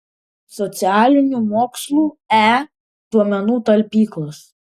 socialinių mokslų e duomenų talpyklos